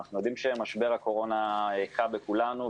אנחנו יודעים שמשבר הקורונה היכה בכולנו,